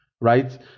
right